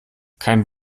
kein